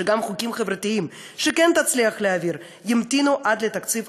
שגם חוקים חברתיים שכן תצליח להעביר ימתינו עד תקציב